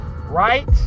Right